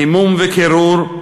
חימום וקירור,